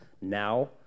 now